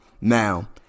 Now